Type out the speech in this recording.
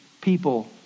people